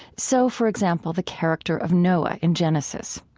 so, for example, the character of noah in genesis.